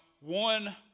one